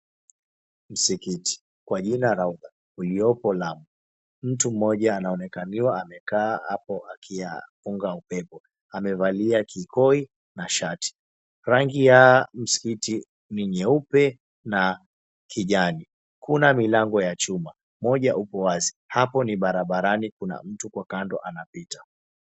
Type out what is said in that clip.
Msikiti kwa jina RAUDHA uliopo Lamu. Mtu mmoja anaonekaniwa amekaa hapo akipunga upepo. Amevalia kikoi na shati. Rangi ya msikiti ni nyeupe na kijani. Kuna milango ya chuma. Moja upo wazi. Hapo ni barabarani kuna mtu kwa kando anapita.